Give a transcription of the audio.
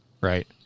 Right